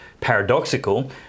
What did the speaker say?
paradoxical